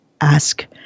ask